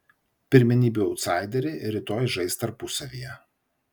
pirmenybių autsaideriai rytoj žais tarpusavyje